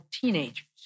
teenagers